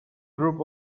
group